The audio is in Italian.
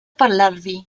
parlarvi